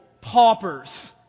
paupers